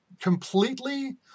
completely